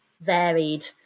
varied